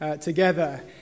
together